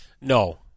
No